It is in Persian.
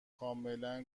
کاملا